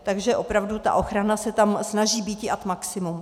Takže opravdu ta ochrana se tam snaží býti ad maximum.